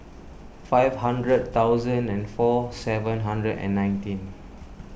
five hundred thousand and four seven hundred and nineteen